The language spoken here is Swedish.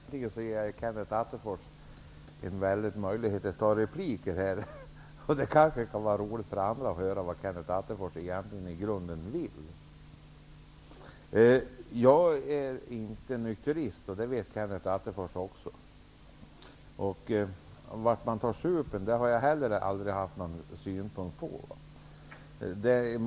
Herr talman! Jag ger Kenneth Attefors stora möjligheter att ta repliker. Det kan kanske vara roligt för andra att höra vad Kenneth Attefors i grunden vill. Jag är inte nykterist. Det vet också Kenneth Attefors. Jag har heller aldrig haft någon synpunkt på var någonstans man tar supen.